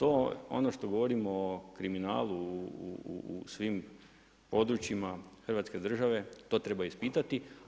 Ono što govorimo o kriminalu u svim područjima Hrvatske države to treba ispitati.